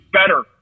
better